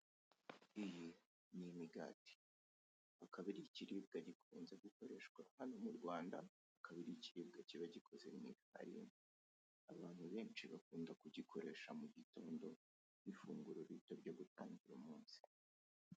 Iyi ni imigati akaba ari ikiribwa gikunze gukoreshwa hano mu Rwanda akaba ari ikiribwa kiba gikoze mu ifarini, abantu benshi bakunda kugikoresha mu gitondo nk'ifunguro rito ryo gutangira umunsi.